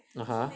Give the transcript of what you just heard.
ah